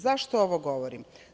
Zašto ovo govorim?